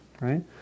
right